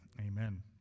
amen